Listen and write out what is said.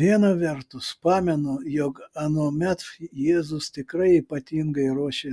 viena vertus pamenu jog anuomet jėzus tikrai ypatingai ruošė